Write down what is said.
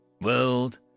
World